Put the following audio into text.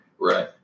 right